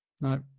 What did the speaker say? No